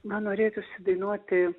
man norėtųsi dainuoti